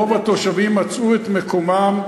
רוב התושבים מצאו את מקומם,